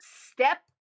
step